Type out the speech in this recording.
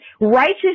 righteous